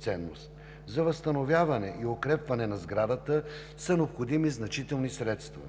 ценност. За възстановяване и укрепване на сградата са необходими значителни средства.